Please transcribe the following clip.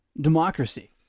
democracy